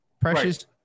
Precious